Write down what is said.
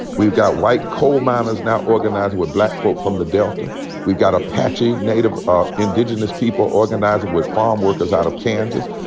we've got white coal miners now organizing with black folk from the delta we've got apache native ah indigenous people organizin' with farm workers out of kansas.